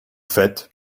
faites